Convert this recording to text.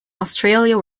australia